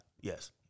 Yes